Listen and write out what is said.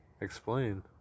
Explain